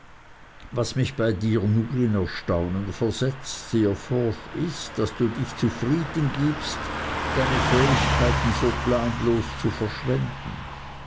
was mich bei dir nur in erstaunen versetzt steerforth ist daß du dich zufrieden gibst deine fähigkeiten so planlos zu verwenden